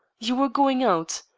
you were going out.